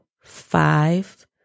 five